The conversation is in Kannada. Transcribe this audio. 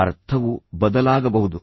ಅರ್ಥವು ಬದಲಾಗಬಹುದು